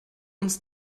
uns